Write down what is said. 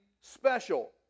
special